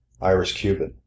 Irish-Cuban